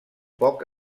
poc